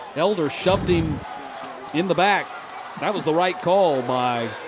elder shoved him in the back than was the right call by